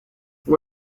ngo